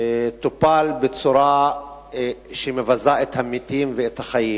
טופל בצורה שמבזה את המתים ואת החיים,